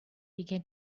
began